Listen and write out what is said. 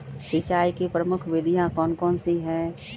सिंचाई की प्रमुख विधियां कौन कौन सी है?